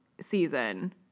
season